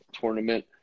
tournament